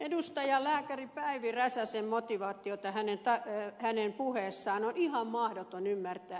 edustaja lääkäri päivi räsäsen motivaatiota hänen puheessaan on ihan mahdoton ymmärtää